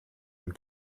them